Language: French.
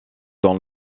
dans